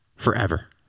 forever